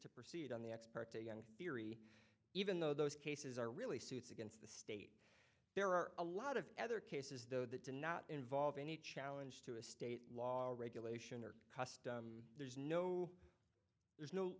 to proceed on the expert a young theory even though those cases are really suits against the state there are a lot of other cases though that did not involve any challenge to a state law or regulation or custom there's no there's no